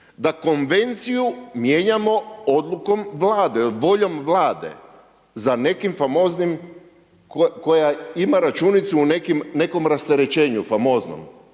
da konvenciju mijenjamo odlukom Vlade, voljom Vlade za nekim famoznim koja ima računicu u nekom rasterećenju famoznom.